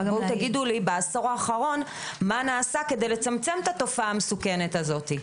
רק תגידו מה בעשור האחרון נעשה כדי לצמצם את התופעה המסוכנת הזאת?